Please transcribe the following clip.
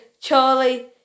Charlie